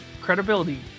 credibility